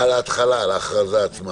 על ההכרזה עצמה.